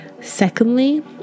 Secondly